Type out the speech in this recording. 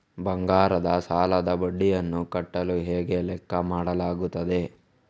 ಬಂಗಾರದ ಸಾಲದ ಬಡ್ಡಿಯನ್ನು ಕಟ್ಟಲು ಹೇಗೆ ಲೆಕ್ಕ ಮಾಡಲಾಗುತ್ತದೆ?